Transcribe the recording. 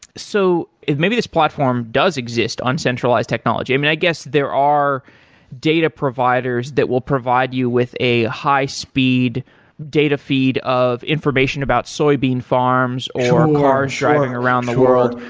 so maybe this platform does exist on centralized technology. i mean, i guess there are data providers that will provide you with a high speed data feed of information about soybean farms or cars driving around the world.